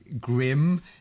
grim